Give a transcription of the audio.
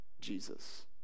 Jesus